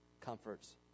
comforts